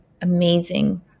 amazing